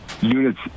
units